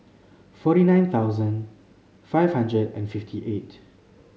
forty nine thousand five hundred and fifty eight